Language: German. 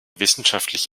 wissenschaftlich